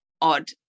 odd